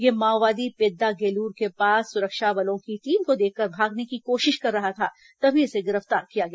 यह माओवादी पेद्दागेलूर के पास सुरक्षा बलों की टीम को देखकर भागने को कोशिश कर रहा था तभी इसे गिरफ्तार किया गया